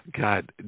God